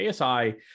ASI